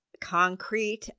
concrete